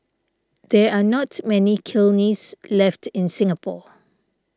there are not many kilns left in Singapore